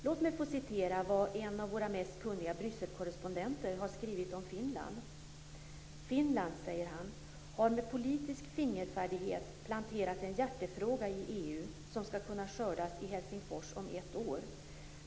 Låt mig få läsa upp vad en av våra mest kunniga Brysselkorrespondenter har skrivit om Finland: Finland, säger han, har med politisk fingerfärdighet planterat en hjärtefråga i EU som skall kunna skördas i Helsingfors om ett år.